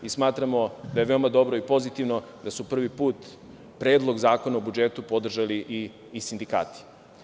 Smatramo da je veoma dobro i pozitivno da su prvi put Predlog zakona o budžetu podržali i sindikati.